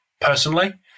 personally